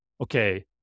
okay